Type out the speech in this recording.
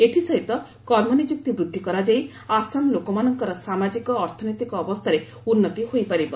ଏଥିସହିତ କର୍ମନିଯୁକ୍ତି ବୃଦ୍ଧି କରାଯାଇ ଆସାମ ଲୋକମାନଙ୍କର ସାମାଜିକ ଅର୍ଥନୈତିକ ଅବସ୍ଥାରେ ଉନ୍ନତି ହୋଇପାରିବ